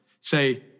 say